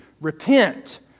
Repent